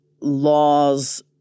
laws